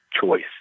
choice